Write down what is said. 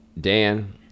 Dan